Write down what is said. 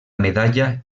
medalla